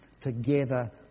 together